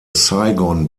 saigon